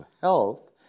health